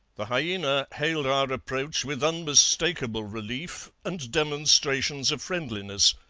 the hyaena hailed our approach with unmistakable relief and demonstrations of friendliness.